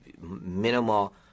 minimal